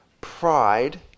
pride